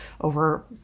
over